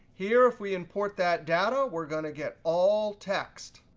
here, if we import that data, we're going to get all text.